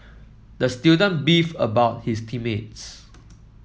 the student beefed about his team mates